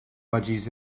budgies